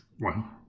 Wow